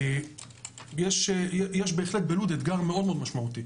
לומר שיש בהחלט בלוד אתגר משמעותי